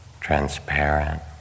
transparent